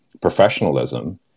professionalism